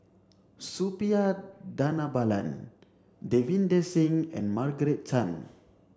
Suppiah Dhanabalan Davinder Singh and Margaret Chan